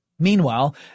Meanwhile